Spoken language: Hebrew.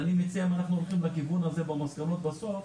אני מציע שאם אנחנו הולכים לכיוון הזה במסקנות בסוף